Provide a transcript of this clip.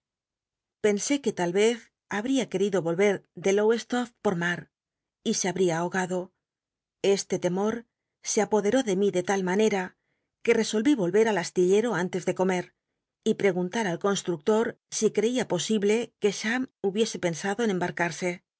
pensé que tal ez habría querido olvct de lowcslofl jloi mm y se habria ahogado cslc lctnor se apoderó de mi de tal manera que tcsoll'i oher al astillero antes de comer y preguntar al constructor si creía posible que cham hubiese pensado en embarcarse